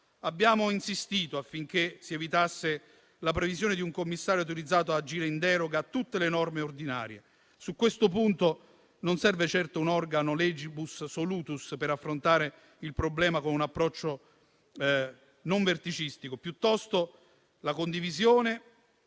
Abbiamo insistito affinché si evitasse la previsione di un commissario autorizzato ad agire in deroga a tutte le norme ordinarie perché non serve certo un organo *legibus solutus* per affrontare il problema con un approccio che deve essere non verticistico; occorre piuttosto la condivisione